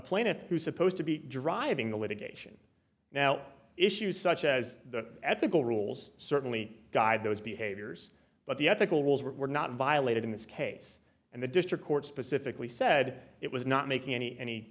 planet who's supposed to be driving the litigation now issues such as the ethical rules certainly guide those behaviors but the ethical rules were not violated in this case and the district court specifically said it was not making any any